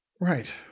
Right